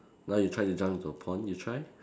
now you try to jump into a pond you try